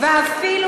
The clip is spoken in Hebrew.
ואפילו,